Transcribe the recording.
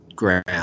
ground